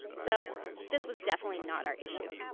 so this was definitely not our issue.